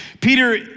Peter